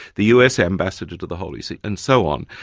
the us ambassador to the holy see, and so on.